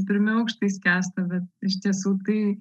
pirmi aukštai skęsta bet iš tiesų tai